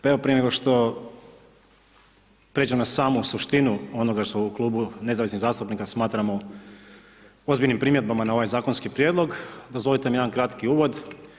Pa evo prije nego što pređem na samu suštinu onoga što u Klubu nezavisnih zastupnika smatramo ozbiljnim primjedbama na ovaj zakonski prijedlog, dozvolite mi jedan kratki uvod.